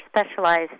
specialized